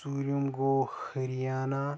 ژوٗرِم گوٚو ہریانہ